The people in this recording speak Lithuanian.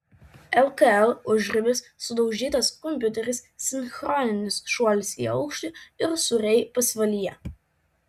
lkl užribis sudaužytas kompiuteris sinchroninis šuolis į aukštį ir sūriai pasvalyje